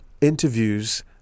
interviews